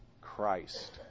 Christ